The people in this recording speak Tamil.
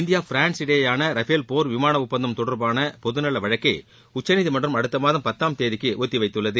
இந்தியா பிரான்ஸ் இடையேயான ரஃபேல் போர் விமான ஒப்பந்தம் தொடர்பான பொதுநல வழக்கை உச்சநீதிமன்றம் அடுத்தமாதம் பத்தாம் தேதிக்கு ஒத்திவைத்துள்ளது